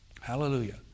Hallelujah